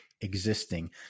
existing